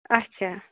اچھا